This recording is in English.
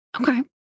Okay